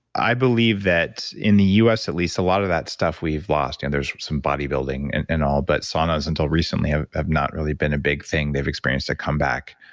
i believe that, in the us at least, a lot of that stuff we've lost, and there's some bodybuilding and and all. but saunas, until recently, have have not really been a big thing. they've experienced a comeback.